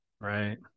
Right